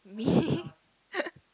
me